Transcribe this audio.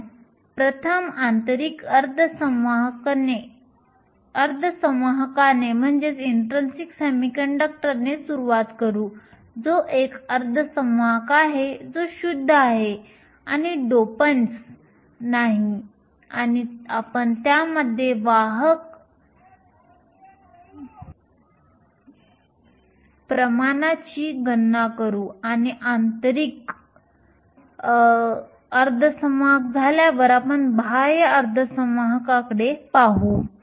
आपण प्रथम आंतरिक अर्थसंवाहकने सुरुवात करू जो एक अर्थसंवाहक आहे जो शुद्ध आहे आणि डोपेंड्स नाही आणि आपण त्यामध्ये वाहक प्रमाणाची गणना करू आणि आंतरिक अर्धसंवाहक झाल्यावर आपण बाह्य अर्धसंवाहकांकडे पाहू